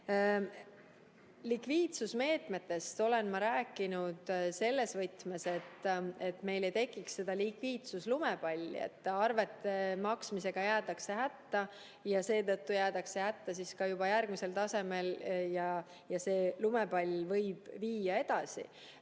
Likviidsusmeetmetest olen ma rääkinud selles võtmes, et meil ei tekiks likviidsuslumepalli, nii et arvete maksmisega jäädaks hätta ja jäädaks hätta juba ka järgmisel tasemel, nii et see lumepall võib viia edasi.